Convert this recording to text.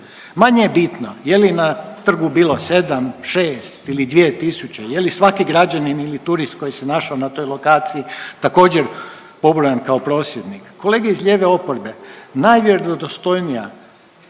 Manje je bitno je li na trgu bilo 7, 6 ili 2000., je li svaki građanin ili turist koji se našao na toj lokaciji također pobrojan kao prosvjednik. Kolege iz lijeve oporbe najvjerodostojnija